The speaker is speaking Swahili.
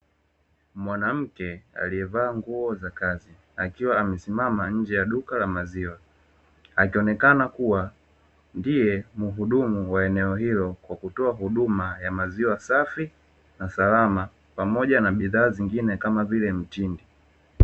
Mwanamke aliyevaa nguo za kazi akiwa amesimama nje ya duka la maziwa, akionekana kuwa ndiye muhudumu wa eneo hilo kutoa huduma ya maziwa safi na salama pamoja na bidhaa nyingine kama vile mtindi.